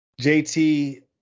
JT